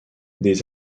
des